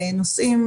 האיסור.